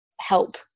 help